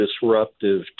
disruptive